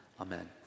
Amen